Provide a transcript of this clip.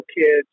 kids